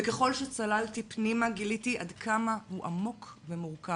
וככל שצללתי פנימה גיליתי עד כמה הוא עמוק ומורכב.